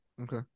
Okay